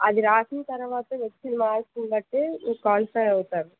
అది రాసిన తర్వాత వచ్చిన మార్క్స్ బట్టి మీరు క్వాలిఫై అవుతారు